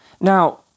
Now